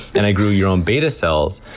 and i grew your own beta cells,